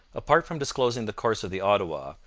apart from disclosing the course of the ottawa,